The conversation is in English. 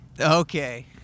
Okay